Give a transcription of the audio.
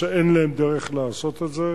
הם ניסו לשכנע אותי עוד פעם שאין להם דרך לעשות את זה.